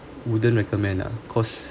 wouldn't recommend ah because